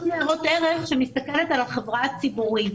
ניירות ערך שמסתכלת על החברה הציבורית: